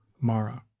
Mara